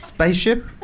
spaceship